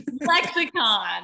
Lexicon